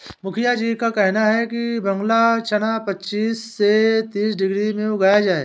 मुखिया जी का कहना है कि बांग्ला चना पच्चीस से तीस डिग्री में उगाया जाए